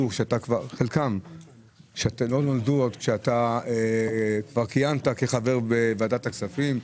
חלקם עוד לא נולדו כאשר אתה כבר כיהנת כחבר בוועדת הכספים.